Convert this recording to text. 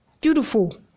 Beautiful